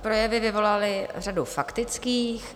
Projevy vyvolaly řadu faktických.